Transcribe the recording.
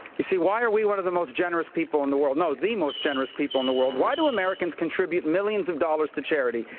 you see, why are we one of the most generous people in the world no, the most generous people in the world? why do americans contribute millions of dollars to charity?